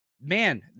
Man